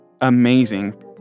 amazing